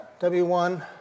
w1